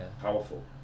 powerful